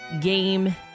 game